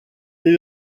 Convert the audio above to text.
dès